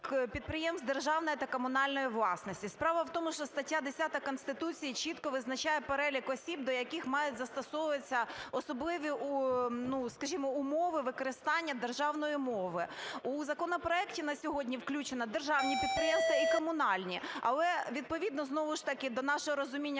підприємств державної та комунальної власності. Справа у тому, що стаття 10 Конституції чітко визначає перелік осіб, до яких мають застосовуватися особливі, ну, скажімо, умови використання державної мови. У законопроекті на сьогодні включено державні підприємства і комунальні. Але відповідно знову ж таки до нашого розуміння